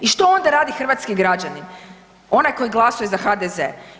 I što onda rade hrvatski građanin, onaj koji glasuje za HDZ?